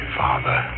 father